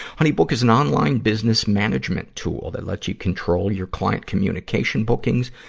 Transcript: honeybook is an online business management tool that lets you control your client communication, bookings,